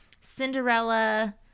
Cinderella